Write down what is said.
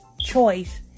choice